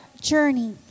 journey